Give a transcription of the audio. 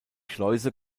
schleuse